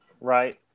right